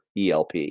ELP